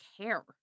care